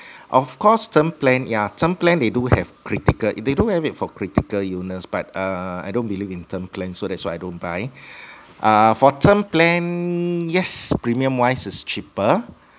of course term plan yeah term plan they do have critical they do have it for critical illness but uh I don't believe in term plan so that's why I don't buy uh for term plan yes premium wise is cheaper